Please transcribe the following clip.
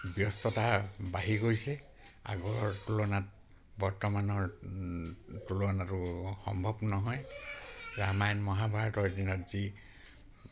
ব্যস্ততা বাঢ়ি গৈছে আগৰ তুলনাত বৰ্তমানৰ তুলনাতো সম্ভৱ নহয় ৰামায়ণ মহাভাৰতৰ দিনত যি